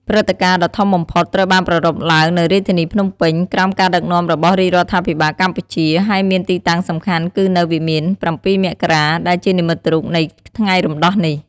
ព្រឹត្តិការណ៍ដ៏ធំបំផុតត្រូវបានប្រារព្ធឡើងនៅរាជធានីភ្នំពេញ ក្រោមការដឹកនាំរបស់រាជរដ្ឋាភិបាលកម្ពុជា ហើយមានទីតាំងសំខាន់គឺនៅវិមាន៧ មករា ដែលជានិមិត្តរូបនៃថ្ងៃរំដោះនេះ។